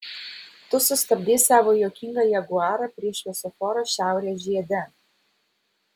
tu sustabdei savo juokingą jaguarą prie šviesoforo šiaurės žiede